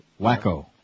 wacko